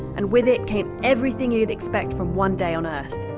and with it came everything you'd expect from one day on earth.